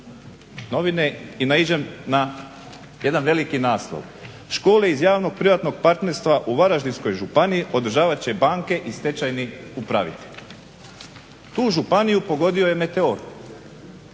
i naiđem na jedan veliki naslov: "Škole iz javnog-privatnog partnerstva u Varaždinskoj županiji održavat će banke i stečajni upravitelj." Tu županiju pogodio je meteor,